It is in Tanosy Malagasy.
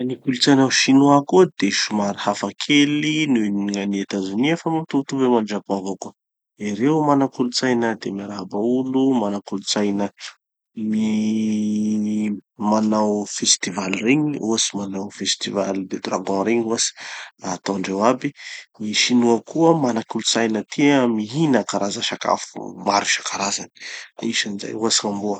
Gny kolotsaina chinois koa de somary hafa kely nohon'ny gn'an'i Etazonia fa mitovitovy avao amy Japon avao koa. Ereo mana kolotsaina tia miarahaba olo, mana kolotsaina mi- manao festival regny, ohatsy manao festival de dragons regny ohatsy ataondreo aby. Gny sinoa koa mana kolotsaina tia mihina karaza sakafo maro isankarazany, agnisan'izay ohatsy gn'amboa.